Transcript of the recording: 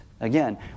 Again